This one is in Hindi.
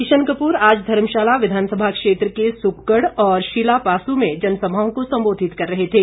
किशन कपूर आज धर्मशाला विधानसभा क्षेत्र के सुक्कड़ और शीला पासू में जनसभाओं को संबोधित कर रहे थे